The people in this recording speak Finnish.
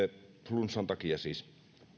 flunssan takia siis